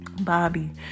Bobby